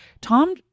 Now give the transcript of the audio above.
Tom